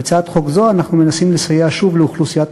בהצעת חוק זו אנחנו מנסים לסייע שוב לאוכלוסיית